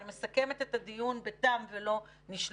אני מסכמת את הדיון בתם ולא נשלם,